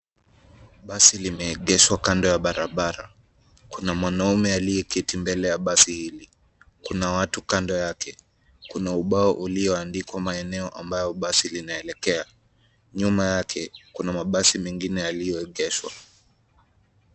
Basi limeegeshwa kando ya barabara. Kuna mwanaume aliyeketi mbele ya basi hili, kuna watu kando yake. Kuna ubao ulioandikwa maeneo ambayo basi linaelekea. Nyuma yake kuna mabasi mengine yaliyoegeshwa.